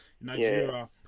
Nigeria